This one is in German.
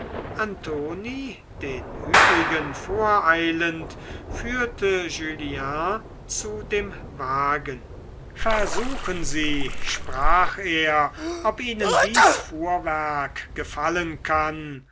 antoni den übrigen voreilend führte julien zu dem wagen versuchen sie sprach er ob ihnen dies fuhrwerk gefallen kann